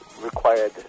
required